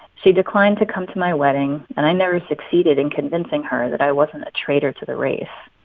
she declined to come to my wedding, and i never succeeded in convincing her that i wasn't a traitor to the race.